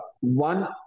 One